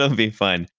um be fun.